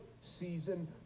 season